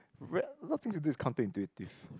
a lot of things to do is counter intuitive